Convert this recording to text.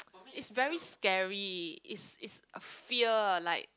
is very scary is is a fear like